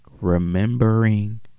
remembering